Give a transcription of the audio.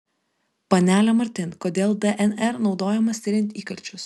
panele martin kodėl dnr naudojamas tiriant įkalčius